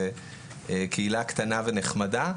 קהילה קטנה ונחמדה.